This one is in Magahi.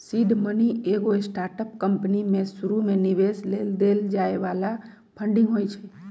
सीड मनी एगो स्टार्टअप कंपनी में शुरुमे निवेश लेल देल जाय बला फंडिंग होइ छइ